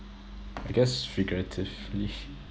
I guess figuratively